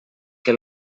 què